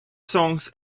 songs